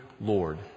Lord